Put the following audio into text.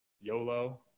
YOLO